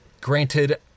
granted